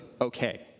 okay